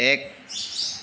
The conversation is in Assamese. এক